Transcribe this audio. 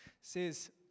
says